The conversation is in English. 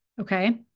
Okay